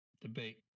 debate